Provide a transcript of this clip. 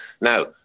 Now